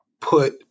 put